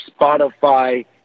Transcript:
Spotify